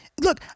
look